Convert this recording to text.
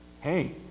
Hey